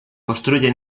construye